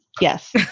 yes